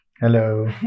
Hello